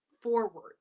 forward